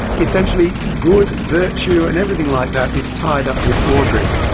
essentially good, virtue, and everything like that is tied up with ordering.